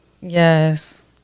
Yes